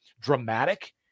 dramatic